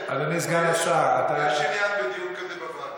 הדוח הזה הופק בכנסת, ויש עניין בדיון כזה בוועדה.